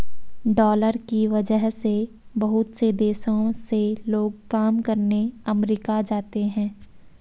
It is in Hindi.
डालर की वजह से बहुत से देशों से लोग काम करने अमरीका जाते हैं